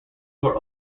were